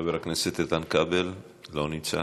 אינו נוכח.